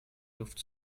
luft